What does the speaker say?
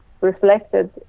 Reflected